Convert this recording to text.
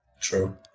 True